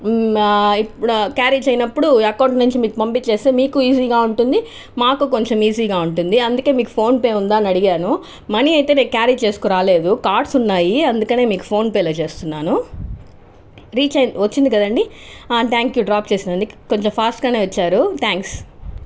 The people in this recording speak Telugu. క్యారీ చేయనప్పుడు అకౌంట్ నుంచి మీకు పంపించేస్తే మీకు ఈజీగా ఉంటుంది మాకు కొంచం ఈజీగా ఉంటుంది అందుకే మీకు ఫోన్పే ఉందా అని అడిగాను మనీ అయితే నేను క్యారీ చేసుకోని రాలేదు కార్డ్స్ ఉన్నాయి అందుకనే మీకు ఫోన్పేలో చేస్తున్నాను రీచ్ అయి వచ్చింది కదా అండి థాంక్యూ డ్రాప్ చేసినందుకు కొంచం ఫాస్ట్గానే వచ్చారు థాంక్స్